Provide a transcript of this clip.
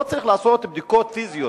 לא צריך לעשות בדיקות פיזיות.